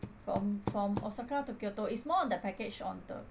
from from osaka to kyoto is more on the package on the